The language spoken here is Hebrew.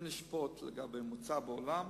אם נשפוט לפי הממוצע בעולם,